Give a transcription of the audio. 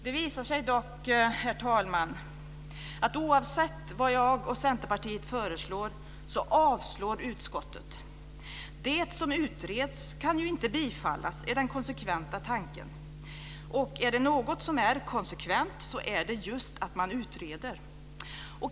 Det visar sig dock att oavsett vad jag och Centerpartiet föreslår så avslår utskottet det. Det som utreds kan ju inte bifallas, är den konsekventa tanken. Och är det något som är konsekvent så är det just att man utreder!